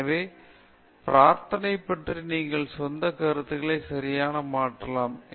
எனவே பிரார்த்தனை பற்றி உங்கள் சொந்த கருத்துக்கள் சரியான மாற்றலாம்